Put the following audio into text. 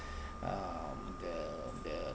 um the the